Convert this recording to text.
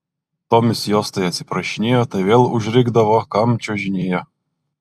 tomis jos tai atsiprašinėjo tai vėl užrikdavo kam čiuožinėjo